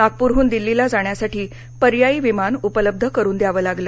नागपुरडून दिल्लीला जाण्यासाठी पर्यायी विमान उपलब्ध करून द्यावं लागलं